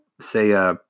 say